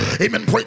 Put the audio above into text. Amen